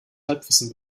halbwissen